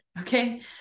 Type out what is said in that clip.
okay